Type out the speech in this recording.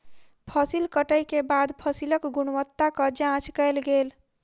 फसिल कटै के बाद फसिलक गुणवत्ताक जांच कयल गेल